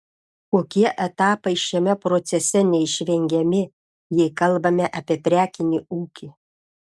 kokie etapai šiame procese neišvengiami jei kalbame apie prekinį ūkį